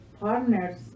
partners